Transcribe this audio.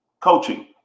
coaching